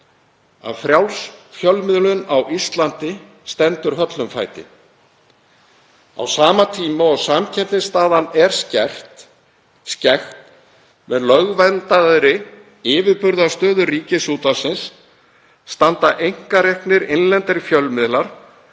að frjáls fjölmiðlun á Íslandi stendur höllum fæti. Á sama tíma og samkeppnisstaðan er skekkt með lögverndaðri yfirburðastöðu Ríkisútvarpsins standa einkareknir innlendir fjölmiðlar